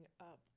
up